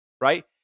right